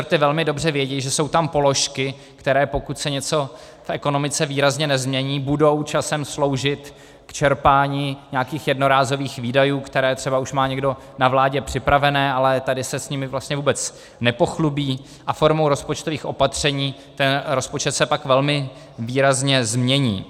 Ty resorty velmi dobře vědí, že jsou tam položky, které pokud se něco v ekonomice výrazně nezmění, budou časem sloužit čerpání nějakých jednorázových výdajů, které třeba už má někdo na vládě připravené, ale tady se s nimi vlastně vůbec nepochlubí, a formou rozpočtových opatření se ten rozpočet pak velmi výrazně změní.